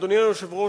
אדוני היושב-ראש,